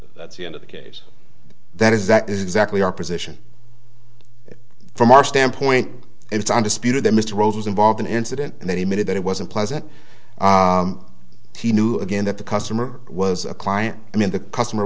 that's the end of the case that is that is exactly our position from our standpoint it's undisputed that mr rose was involved in incident and then he admitted that it wasn't pleasant he knew again that the customer was a client i mean the customer